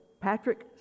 Patrick